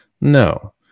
No